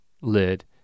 lid